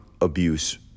abuse